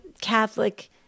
Catholic